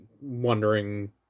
wondering